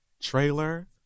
trailer